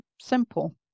simple